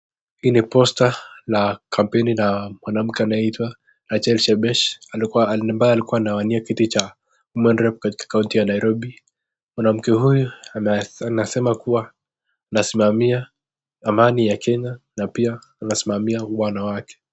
Hii ni posta la kampeni la mwanamke anaitwa Rachel Shebesh ambaye alikuwa anawania kiti cha women rep katika kaunti ya Nairobi. Mwanamke huyu anasema kuwa anasimamia amani ya Kenya na pia anasimamia ungwana wake.